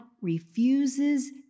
refuses